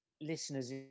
listeners